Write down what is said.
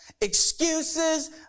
excuses